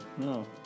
No